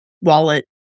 wallet